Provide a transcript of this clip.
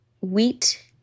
wheat